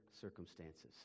circumstances